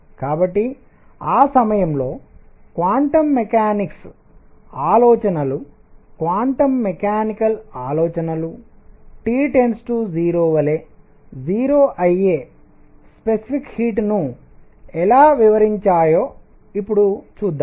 కాబట్టి ఆ సమయంలో క్వాంటం మెకానిక్స్ ఆలోచనలు క్వాంటం మెకానికల్ ఆలోచనలు T 0 వలె 0 అయ్యే స్పెసిఫిక్ హీట్ ని ఎలా వివరించాయో ఇప్పుడు చూద్దాం